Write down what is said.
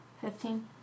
Fifteen